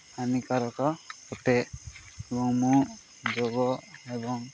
ହାନୀକାରକ ଅଟେ ଏବଂ ମୁଁ ଯୋଗ ଏବଂ